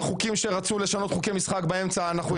כשרצו לשנות חוקי משחק באמצע אנחנו התנגדנו.